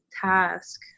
task